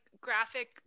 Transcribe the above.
graphic